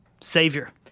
Savior